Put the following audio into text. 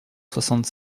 soixante